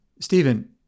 Stephen